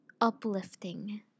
uplifting